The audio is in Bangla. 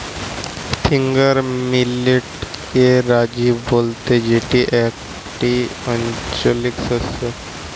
ফিঙ্গার মিলেটকে রাজি বলতে যেটি একটি আঞ্চলিক শস্য